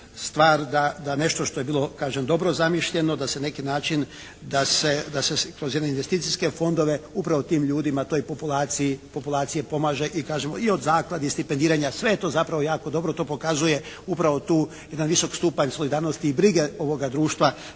stvar da nešto što je bilo kažem dobro zamišljeno, da se na neki način, da se kroz jedne investicijske fondove upravo tim ljudima, toj populaciji pomaže. I kažem i od zaklade i od stipendiranja sve je to zapravo jako dobro. To pokazuje upravo tu jedan visok stupanj solidarnosti i brige ovoga društva